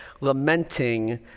lamenting